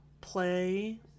play